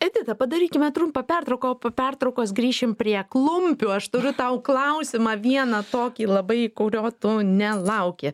edita padarykime trumpą pertraukąo po pertraukos grįšim prie klumpių aš turiu tau klausimą vieną tokį labai kurio tu nelauki